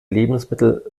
lebensmittel